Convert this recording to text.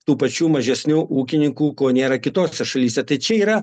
tų pačių mažesnių ūkininkų ko nėra kitose šalyse tai čia yra